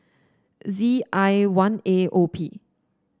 Z I one A O P